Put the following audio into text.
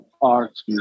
art